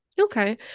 Okay